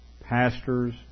Pastors